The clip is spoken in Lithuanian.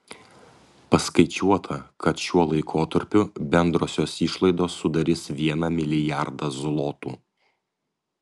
paskaičiuota kad šiuo laikotarpiu bendrosios išlaidos sudarys vieną milijardą zlotų